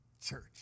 Church